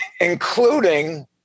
Including